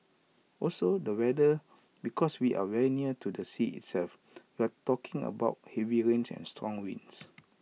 also the weather because we are very near to the sea itself you're talking about heavy rains and strong winds